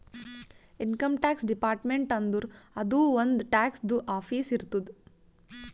income tax department ಅಂದುರ್ ಅದೂ ಒಂದ್ ಟ್ಯಾಕ್ಸದು ಆಫೀಸ್ ಇರ್ತುದ್